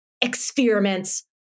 experiments